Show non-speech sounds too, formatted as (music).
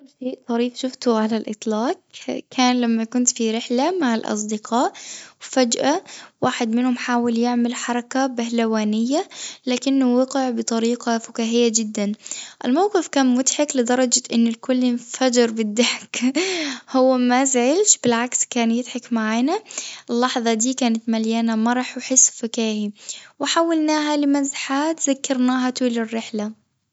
أكثر شيء طريف شفته على الإطلاق كان لما كنت في رحلة مع الأصدقاء، وفجأة واحد منهم حاول يعمل حركة بهلوانية لكنه وقع بطريقة فكاهية جدًا، الموقف كان مضحك لدرجة إن الكل انفجر بالضحك (laughs) هو مزعلش بالعكس كان بيضحك معانا، اللحظة دي كانت مليانة مرح وحس فكاهي، وحولناها لمزحة اتذكرناها طول الرحلة.